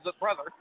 brother